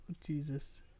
Jesus